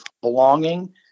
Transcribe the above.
belonging